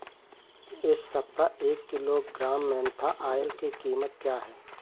इस सप्ताह एक किलोग्राम मेन्था ऑइल की कीमत क्या है?